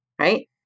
Right